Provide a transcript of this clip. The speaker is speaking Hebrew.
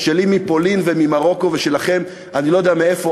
שלי מפולין וממרוקו ושלכם אני לא יודע מאיפה,